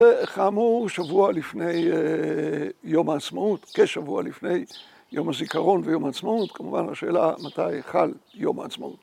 ‫וכאמור, שבוע לפני יום העצמאות, ‫כשבוע לפני יום הזיכרון ויום העצמאות, ‫כמובן, השאלה מתי חל יום העצמאות.